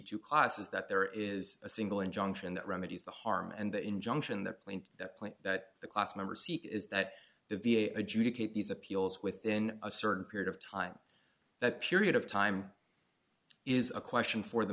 two classes that there is a single injunction that remedies the harm and the injunction the plant that plant that the class member seek is that the v a adjudicate these appeals within a certain period of time that period of time is a question for the